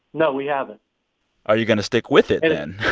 no, we haven't are you going to stick with it then?